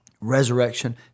resurrection